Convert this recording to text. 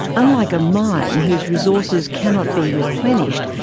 unlike a mine, whose resources cannot be replenished,